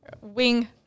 wing